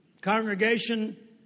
congregation